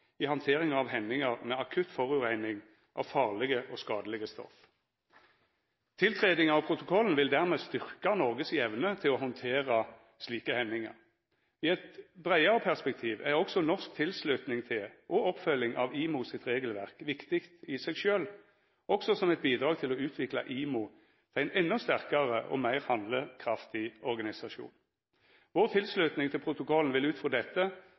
i handteringa av hendingar med akutt forureining av farlege og skadelege stoff. Tiltredinga av protokollen vil dermed styrkja Noreg si evne til å handtera slike hendingar. I eit breiare perspektiv er norsk tilslutning til og oppfølging av FNs sjøfartsorganisasjon, IMO, sitt regelverk viktig i seg sjølv, også som eit bidrag til å utvikla IMO til ein endå sterkare og meir handlekraftig organisasjon. Vår tilslutning til protokollen vil ut frå dette